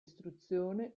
istruzione